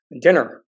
dinner